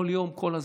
כל הזמן,